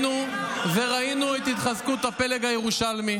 וראינו את התחזקות הפלג הירושלמי.